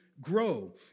grow